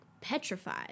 petrified